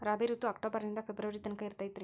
ರಾಬಿ ಋತು ಅಕ್ಟೋಬರ್ ನಿಂದ ಫೆಬ್ರುವರಿ ತನಕ ಇರತೈತ್ರಿ